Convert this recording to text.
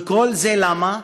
וכל זה למה?